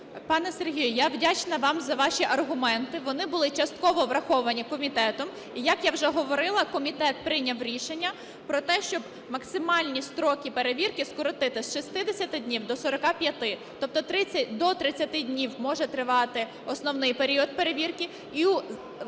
Пане Сергію, я вдячна вам за ваші аргументи. Вони були частково враховані комітетом, і, як я вже говорила, комітет прийняв рішення про те, щоб максимальні строки перевірки скоротити з 60 днів до 45-ти. Тобто до 30 днів може тривати основний період перевірки,